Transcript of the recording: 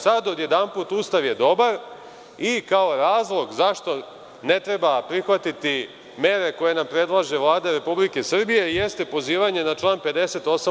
Sada, odjedanput, Ustav je dobar i kao razlog zašto ne treba prihvatiti mere koje nam predlaže Vlada Republike Srbije jeste pozivanje na član 58.